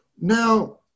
now